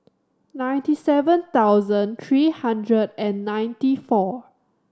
ninety seven thousand three hundred and ninety four